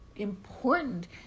Important